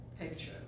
picture